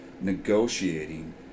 Negotiating